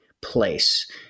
place